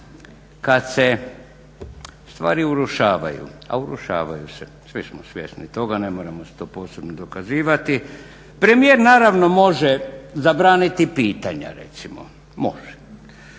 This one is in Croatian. kada se stvari urušavaju a urušavaju se svi smo svjesni toga, ne moramo to posebno dokazivati, premijer naravno može zabraniti pitanja recimo može.